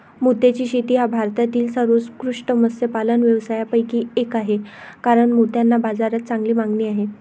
मोत्याची शेती हा भारतातील सर्वोत्कृष्ट मत्स्यपालन व्यवसायांपैकी एक आहे कारण मोत्यांना बाजारात चांगली मागणी आहे